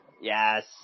Yes